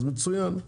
אז מצוין,